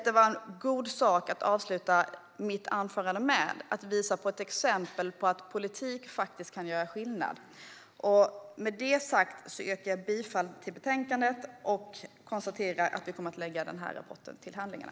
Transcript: Det är en god sak att avsluta mitt anförande med att visa på ett exempel på att politik faktiskt kan göra skillnad. Med det sagt yrkar jag bifall till utskottets förslag i utlåtandet och konstaterar att den här rapporten kommer att läggas till handlingarna.